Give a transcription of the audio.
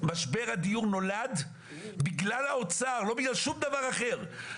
משבר הדיור נולד בגלל האוצר, לא בגלל שום דבר אחר.